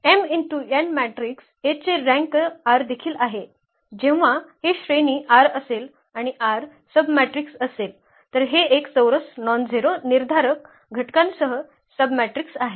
m × n matrix A चे rank r देखील आहे जेव्हा हे श्रेणी r असेल आणि r सबमॅट्रिक्स असेल तर हे एक चौरस नॉनझेरो निर्धारक ांसह सबमॅट्रिक्स आहे